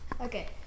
Okay